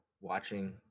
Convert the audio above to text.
watching